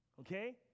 okay